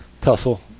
Tussle